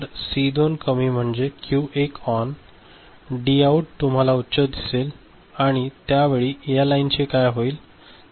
तर सी 2 कमी म्हणजेच क्यू 1 ओन डीआऊट तुम्हाला उच्च दिसेल आणि त्यावेळी या लाईन चे काय होईल